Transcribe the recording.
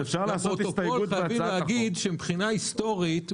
לפרוטוקול חייבים להגיד שמבחינה היסטורית,